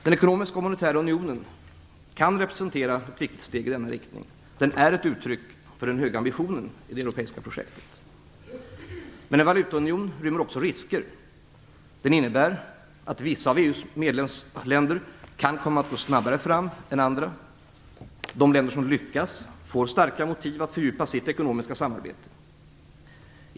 Den ekonomiska och monetära unionen kan representera ett viktigt steg i denna riktning, och den är ett uttryck för den höga ambitionen i det europeiska projektet. Men en valutaunion rymmer också risker. Den innebär att vissa av EU:s medlemsländer kan komma att gå snabbare fram än andra. De länder som lyckas får starka motiv att fördjupa sitt ekonomiska samarbete.